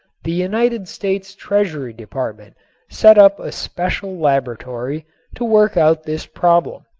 the united states treasury department set up a special laboratory to work out this problem.